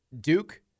Duke